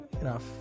enough